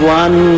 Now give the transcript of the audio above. one